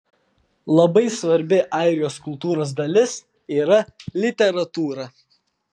labai svarbi airijos kultūros dalis yra literatūra